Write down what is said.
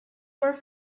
were